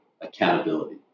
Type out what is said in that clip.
accountability